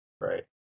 Right